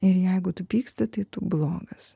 ir jeigu tu pyksti tai tu blogas